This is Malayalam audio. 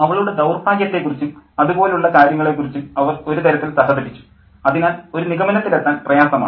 അവളുടെ ദൌർഭാഗ്യത്തെക്കുറിച്ചും അതുപോലുള്ള കാര്യങ്ങളെക്കുറിച്ചും അവർ ഒരു തരത്തിൽ സഹതപിച്ചു അതിനാൽ ഒരു നിഗമനത്തിലെത്താൻ പ്രയാസമാണ്